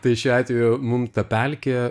tai šiuo atveju mum ta pelkė